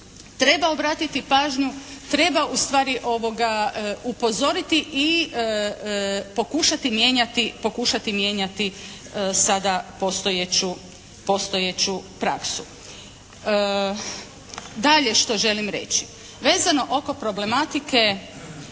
treba obratiti pažnju, treba u stvari upozoriti i pokušati mijenjati sada postojeću praksu. Dalje što želim reći vezano oko problematike